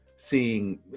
Seeing